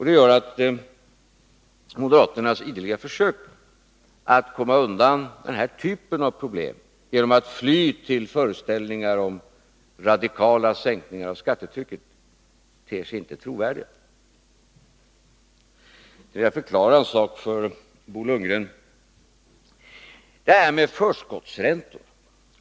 Det gör att moderaternas ideliga försök att komma undan den här typen av problem genom att fly till föreställningar om radikala sänkningar av skattetrycket inte ter sig trovärdiga. Får jag förklara en sak för Bo Lundgren. Vad är egentligen detta med förskottsränta?